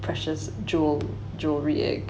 precious jewel jewelry